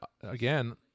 again